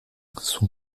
son